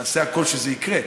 ונעשה הכול שזה יקרה,